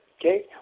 okay